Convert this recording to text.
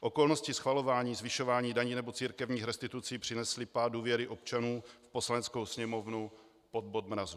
Okolnosti schvalování zvyšování daní nebo církevních restitucí přinesly pád důvěry občanů v Poslaneckou sněmovnu pod bod mrazu.